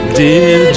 dear